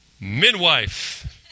Midwife